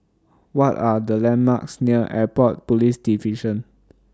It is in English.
What Are The landmarks near Airport Police Division